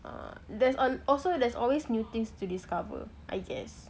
err there's also there's always new things to discover I guess